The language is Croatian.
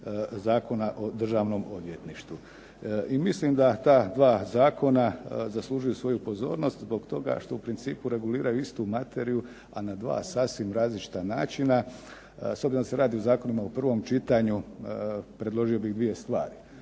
Zakona o Državnom odvjetništvu. I mislim da ta dva zakona zaslužuju svoju pozornost, zbog toga što u principu reguliraju istu materiju, a na dva sasvim različita načina. S obzirom da se radi o zakonima u prvom čitanju, predložio bih dvije stvari.